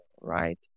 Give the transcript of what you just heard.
right